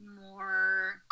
more